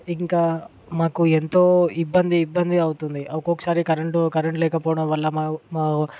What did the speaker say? ఇంకా మాకు ఎంతో ఇబ్బంది ఇబ్బంది అవుతుంది ఒక్కొక్కసారి కరెంట్ కరెంట్ లేకపోవడం వల్ల మా మా